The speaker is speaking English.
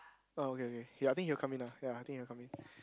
oh okay okay ya I think he will come in lah ya I think he will come in